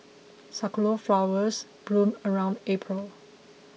sakura flowers bloom around April